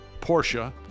Porsche